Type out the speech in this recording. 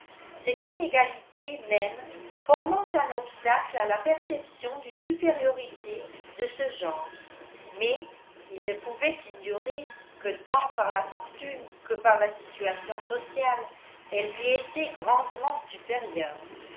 cette inégalité même formant un obstacle à la perception d'une supériorité de ce genre mais il ne pouvait ignorer que tant par la fortune que par la situation sociale elle lui était grandement supérieure